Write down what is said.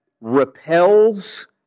repels